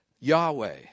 Yahweh